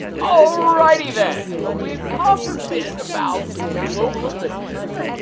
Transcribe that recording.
all righty then, we've talked a bit about globalization,